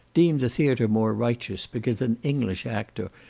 deem the theatre more righteous because an english actor,